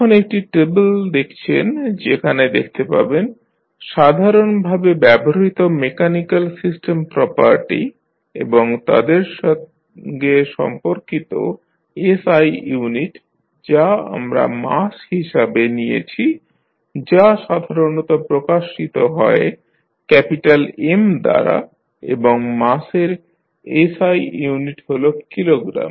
এখন একটি টেবল দেখছেন যেখানে দেখতে পাবেন সাধারণভাবে ব্যবহৃত মেকানিক্যাল সিস্টেম প্রপার্টি এবং তাদের সঙ্গে সম্পর্কিত SI ইউনিট যা আমরা মাস হিসাবে নিয়েছি যা সাধারণত প্রকাশিত হয় ক্যাপিটাল M দ্বারা এবং মাসের SI unit হল কিলোগ্রাম